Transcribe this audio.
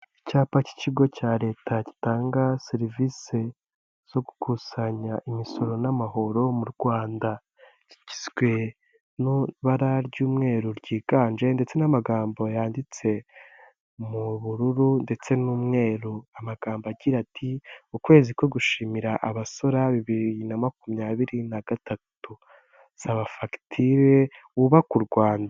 Icyapa k'ikigo cya leta gitanga serivisi zo gukusanya imisoro n'amahoro mu Rwanda kigizwe n'ibara ry'umweru ryiganje ndetse n'amagambo yanditse mu bururu ndetse n'umweru, amagambo agira ati ukwezi ko gushimira abaso bibiri na makumyabiri na gatatu saba fagitire wubake u Rwanda.